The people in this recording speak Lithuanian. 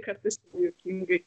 kartais juokingai